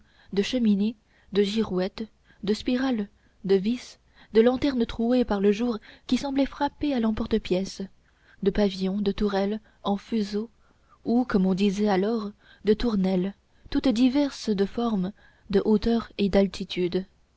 de cheminées de girouettes de spirales de vis de lanternes trouées par le jour qui semblaient frappées à l'emporte-pièce de pavillons de tourelles en fuseaux ou comme on disait alors de tournelles toutes diverses de formes de hauteur et d'attitude